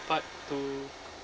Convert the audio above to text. part two